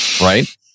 Right